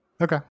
Okay